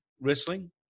wrestling